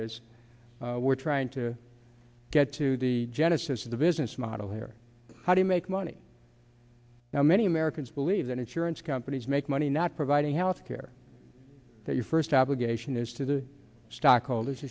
is we're trying to get to the genesis of the business model here how to make money now many americans believe that insurance companies make money not providing health care that you first obligation is to the stockholders